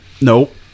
Nope